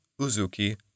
Uzuki